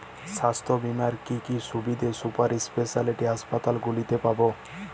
স্বাস্থ্য বীমার কি কি সুবিধে সুপার স্পেশালিটি হাসপাতালগুলিতে পাব?